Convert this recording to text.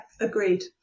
agreed